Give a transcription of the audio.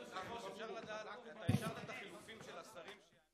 אפשר לדעת, אתה אישרת את החילופים של השרים?